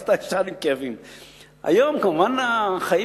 השיטות להוריד שן כואבת היתה שקשרו חוט